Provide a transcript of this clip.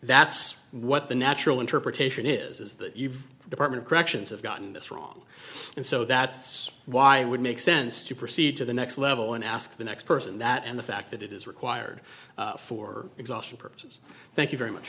that's what the natural interpretation is that you the department of corrections have gotten this wrong and so that's why i would make sense to proceed to the next level and ask the next person that and the fact that it is required for exhaustion purposes thank you very much